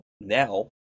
Now